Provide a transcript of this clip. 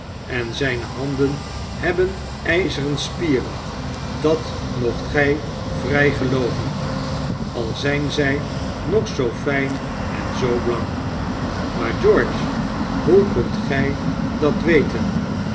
en zyne handen hebben yzeren spieren dat moogt gy vry gelooven al zyn zy nogzoofijn en zoo blank maar george hoe kunt gy dat weten